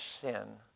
sin